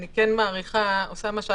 אוסאמה,